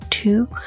two